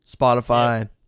Spotify